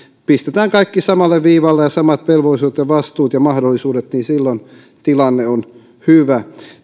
pistetään kaikki samalle viivalle ja samat velvollisuudet ja vastuut ja mahdollisuudet niin silloin tilanne on hyvä